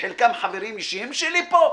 שחלקם חברים אישיים שלי פה?